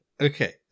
okay